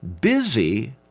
busy